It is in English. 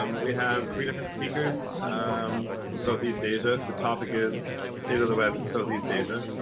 um we have three different speakers um from south east asia. the topic is state of the web in south east asia.